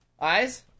Eyes